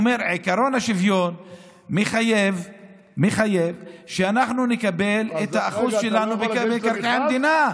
שעקרון השוויון מחייב שאנחנו נקבל את האחוז שלנו במקרקעי המדינה.